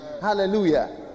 Hallelujah